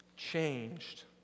changed